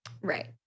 Right